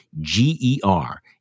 G-E-R